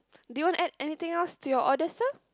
do you want add anything else to your order sir